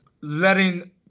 letting